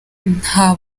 nta